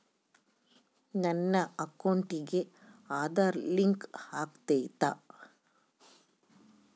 ನನ್ನ ಅಕೌಂಟಿಗೆ ಆಧಾರ್ ಲಿಂಕ್ ಆಗೈತಾ?